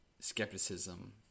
skepticism